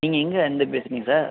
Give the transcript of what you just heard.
நீங்கள் எங்கே இருந்து பேசுறீங்க சார்